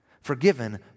Forgiven